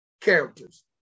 characters